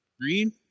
Green